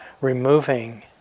removing